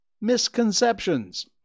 misconceptions